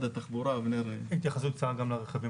התייחסות גם לרכבים